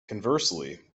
conversely